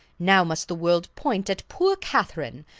now must the world point at poor katherine,